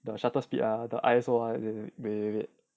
the shutter speed ah the I_S_O ah wait wait wait